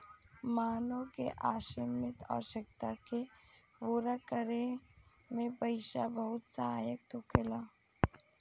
मानव के असीमित आवश्यकता के पूरा करे में पईसा बहुत सहायक होखेला